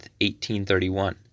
1831